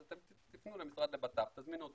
אז אתם תיפנו למשרד לבט"פ תזמינו אותו,